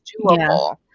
doable